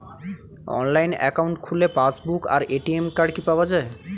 Online account খুললে passbook আর ATM card কি পাওয়া যায়?